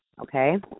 okay